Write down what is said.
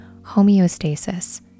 homeostasis